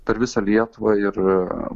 per visą lietuvą ir